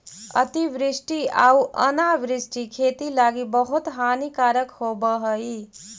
अतिवृष्टि आउ अनावृष्टि खेती लागी बहुत हानिकारक होब हई